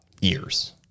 years